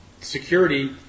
security